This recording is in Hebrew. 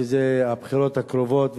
שזה הבחירות הקרובות.